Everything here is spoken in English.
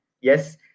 Yes